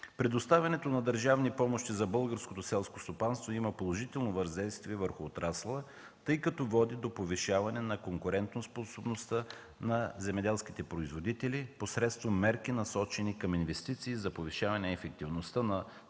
Предоставянето на държавни помощи за българското селско стопанство има положително въздействие върху отрасъла, тъй като води до повишаване на конкурентоспособността на земеделските производители посредством мерки, насочени към инвестиции за повишаване ефективността на стопанствата в производството